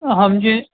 હમજી